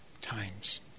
times